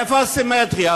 איפה הסימטריה?